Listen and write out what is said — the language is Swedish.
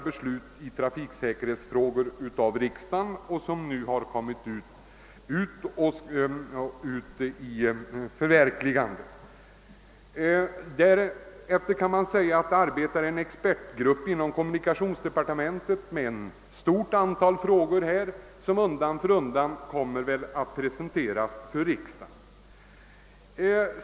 beslut här i riksdagen när det gäller trafiksäkerhetsfrågor, och de besluten håller nu på att genomföras. Vidare arbetar en expertgrupp inom kommunikationsdepartementet med ett stort antal frågor som undan för undan kommer att presenteras för riksdagen.